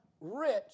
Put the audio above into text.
rich